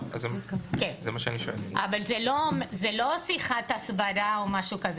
אבל זו לא שיחת הסברה או משהו כזה.